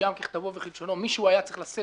יקוים ככתבו וכלשונו מישהו היה צריך לשאת